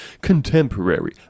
Contemporary